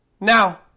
Now